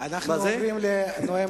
אבל למה אתה